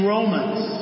Romans